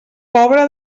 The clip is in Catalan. pobre